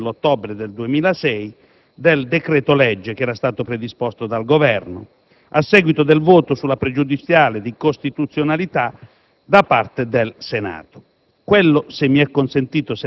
a causa della decadenza, nell'ottobre 2006, del decreto-legge predisposto dal Governo a seguito del voto sulla pregiudiziale di costituzionalità da parte del Senato.